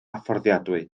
fforddiadwy